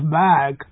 back